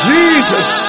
Jesus